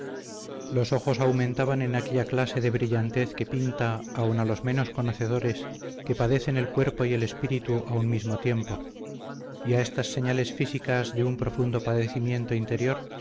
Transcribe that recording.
los ojos aumentaban en aquella clase de brillantez que pinta aun a los menos conocedores que padecen el cuerpo y el espíritu a un tiempo mismo y a estas señales físicas de un profundo padecimiento interior